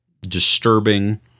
disturbing